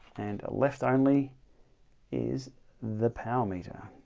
and a left only is the power meter.